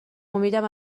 امیدم